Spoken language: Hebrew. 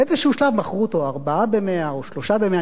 באיזה שלב מכרו אותו במבצע ארבעה ב-100 או שלושה ב-100,